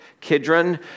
Kidron